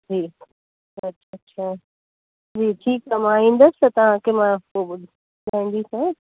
जी अच्छा अच्छा ठीकु आहे मां ईंदसि त तव्हांखे मां पोइ ॿुधाईंदी